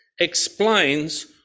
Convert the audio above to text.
explains